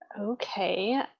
Okay